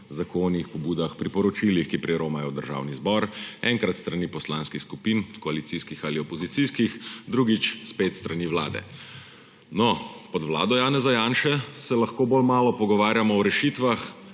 zakonih, pobudah, priporočilih, ki priromajo v Državni zbor enkrat s strani poslanskih skupin, koalicijskih ali opozicijskih, drugič spet s strani Vlade. No, pod vlado Janeza Janše se lahko bolj malo pogovarjamo o rešitvah,